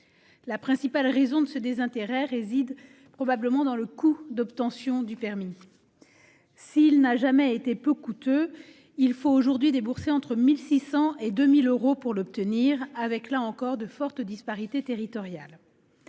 La principale raison d'un tel désintérêt réside probablement dans le coût d'obtention. Certes, le permis de conduire n'a jamais été peu coûteux, mais il faut aujourd'hui débourser entre 1 600 euros et 2 000 euros pour l'obtenir, et ce avec de fortes disparités territoriales.